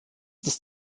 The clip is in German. das